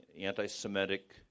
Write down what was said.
anti-Semitic